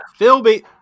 Philby